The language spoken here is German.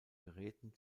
geräten